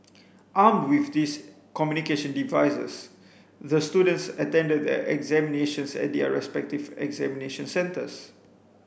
armed with these communication devices the students attended the examinations at their respective examination centres